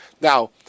Now